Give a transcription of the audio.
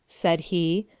said he,